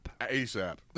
asap